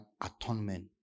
atonement